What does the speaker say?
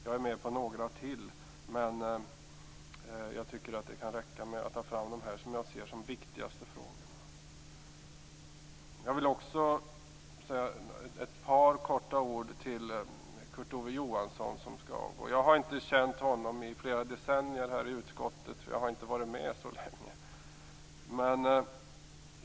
Jag är med på några till, men jag tycker att det kan räcka med att ta fram de frågor som jag ser som de viktigaste. Jag vill också säga ett par korta ord till Kurt Ove Johansson, som skall avgå. Jag har inte känt honom i flera decennier här i utskottet, för jag har inte varit med så länge.